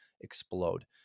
explode